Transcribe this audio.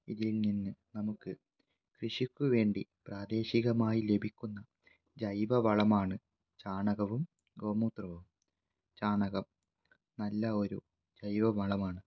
ഇതിൽ നിന്ന് നമുക്ക് കൃഷിക്ക് വേണ്ടി പ്രാദേശികമായി ലഭിക്കുന്ന ജൈവവളമാണ് ചാണകവും ഗോമൂത്രവും ചാണകം നല്ല ഒരു ജൈവവളമാണ്